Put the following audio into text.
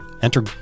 enter